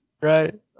Right